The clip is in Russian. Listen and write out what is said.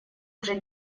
уже